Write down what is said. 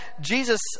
Jesus